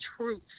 truth